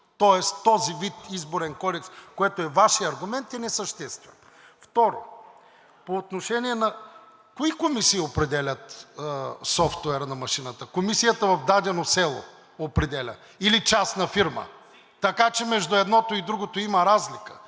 Тоест този вид изборен кодекс, което е Вашият аргумент, е несъществен. Второ, по отношение на… Кои комисии определят софтуера на машината? Комисията в дадено село ли определя, или частна фирма? Така че между едното и другото има разлика.